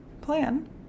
plan